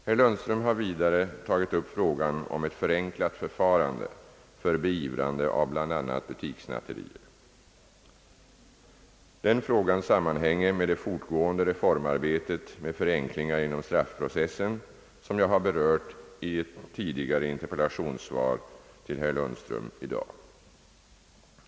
Herr Lundström har vidare tagit upp frågan om ett förenklat förfarande för beivrande av bl.a. butikssnatteriet. Denna fråga sammanhänger med det fortgående reformarbetet med förenklingar inom straffprocessen som jag har berört i ett annat interpellationssvar till herr Lundström tidigare i dag.